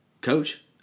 coach